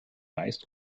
meist